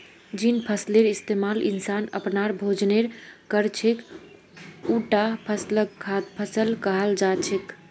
जिन फसलेर इस्तमाल इंसान अपनार भोजनेर कर छेक उटा फसलक खाद्य फसल कहाल जा छेक